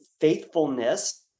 faithfulness